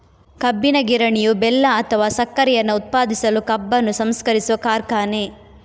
ಕಬ್ಬಿನ ಗಿರಣಿಯು ಬೆಲ್ಲ ಅಥವಾ ಸಕ್ಕರೆಯನ್ನ ಉತ್ಪಾದಿಸಲು ಕಬ್ಬನ್ನು ಸಂಸ್ಕರಿಸುವ ಕಾರ್ಖಾನೆ